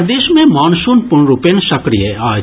प्रदेश मे मॉनसून पूर्णरूपेण सक्रिय अछि